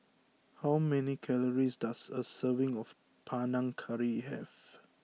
how many calories does a serving of Panang Curry have